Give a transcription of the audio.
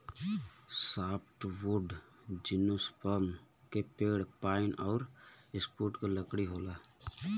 softwood gymnosperm के पेड़ pine आउर स्प्रूस क लकड़ी होला